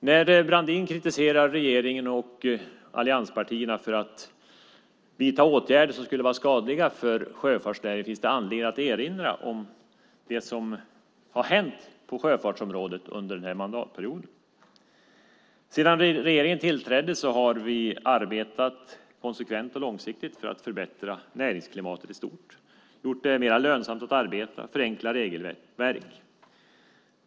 När Brandin kritiserar regeringen och allianspartierna för att vidta åtgärder som skulle vara skadliga för sjöfartsnäringen finns det anledning att erinra om det som har hänt på sjöfartsområdet under den här mandatperioden. Sedan regeringen tillträdde har vi arbetat konsekvent och långsiktigt för att förbättra näringsklimatet i stort. Vi har gjort det mer lönsamt att arbeta och förenklat regelverk.